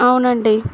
అవునండి